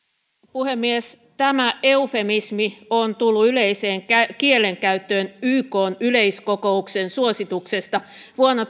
puhemies tämä eufemismi on tullut yleiseen kielenkäyttöön ykn yleiskokouksen suosituksesta vuonna